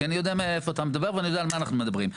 כי אני יודע מאיפה אתה מדבר ואני יודע על מה אנחנו מדברים.